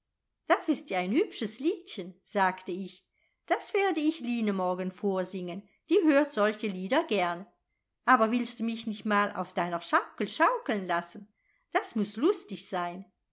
das ist ja ein hübsches liedchen sagte ich das werde ich line morgen vorsingen die hört solche lieder gern aber willst du mich nicht mal auf deiner schaukel schaukeln lassen das muß lustig sein